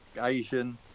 Asian